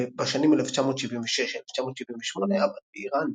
בשנים 1976–1978 עבד באיראן.